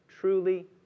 truly